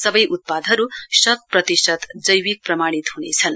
सबै उत्पादहरू शत प्रतिशत जैविक प्रमाणित हनेछन्